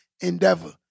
endeavor